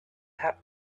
have